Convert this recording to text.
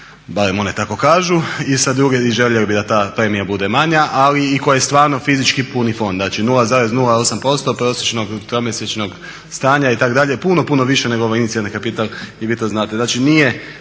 berem one tako kažu i želio bi da ta premija bude manja, ali koje stvarno fizički puni fond. Znači 0,08% prosječnog tromjesečnog stanja itd. puno, puno više nego ovaj inicijalni kapital i vi to znate.